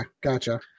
gotcha